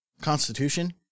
Constitution